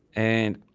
and,